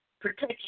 protection